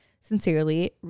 Sincerely